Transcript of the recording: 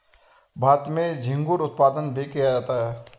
भारत में झींगुर उत्पादन भी किया जाता है